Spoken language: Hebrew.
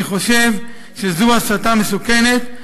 אני חושב שזו הסתה מסוכנת,